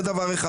זה דבר אחד.